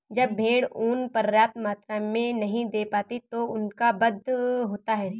जब भेड़ ऊँन पर्याप्त मात्रा में नहीं दे पाती तो उनका वध होता है